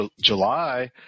july